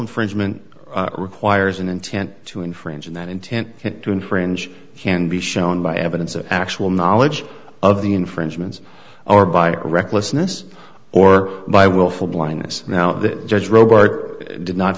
infringement requires an intent to infringe and that intent to infringe can be shown by evidence of actual knowledge of the infringements or by recklessness or by willful blindness now